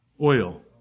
Oil